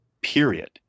Period